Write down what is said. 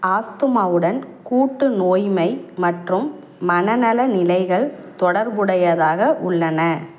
ஆஸ்துமாவுடன் கூட்டு நோய்மை மற்றும் மனநல நிலைகள் தொடர்புடையதாக உள்ளன